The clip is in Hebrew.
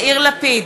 יאיר לפיד,